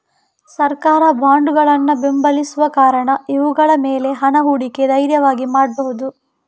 ಸರ್ಕಾರ ಬಾಂಡುಗಳನ್ನ ಬೆಂಬಲಿಸುವ ಕಾರಣ ಇವುಗಳ ಮೇಲೆ ಹಣ ಹೂಡಿಕೆ ಧೈರ್ಯವಾಗಿ ಮಾಡ್ಬಹುದು